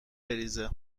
بریزه